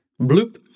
bloop